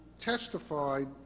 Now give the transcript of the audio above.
testified